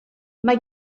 mae